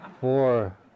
four